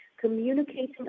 communicating